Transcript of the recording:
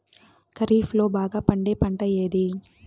ఖరీఫ్ లో బాగా పండే పంట ఏది?